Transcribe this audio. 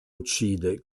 uccide